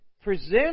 presents